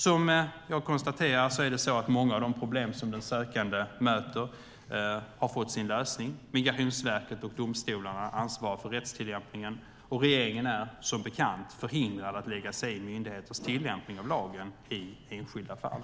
Som jag har konstaterat har många av de problem som den sökande möter fått sin lösning. Migrationsverket och domstolarna ansvarar för rättstillämpningen. Regeringen är som bekant förhindrad att lägga sig i myndigheters tillämpning av lagen i enskilda fall.